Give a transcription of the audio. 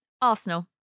Arsenal